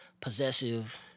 possessive